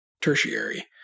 tertiary